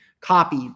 copy